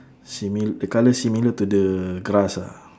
simil~ the colour similar to the grass ah